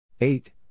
eight